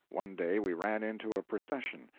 one day we ran into a procession.